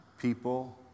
people